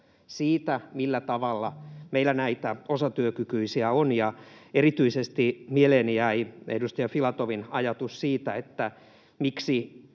siitä, millä tavalla meillä näitä osatyökykyisiä on, ja erityisesti mieleeni jäi edustaja Filatovin ajatus siitä, miksi